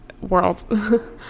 world